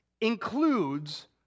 includes